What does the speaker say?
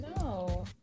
no